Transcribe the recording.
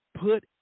Put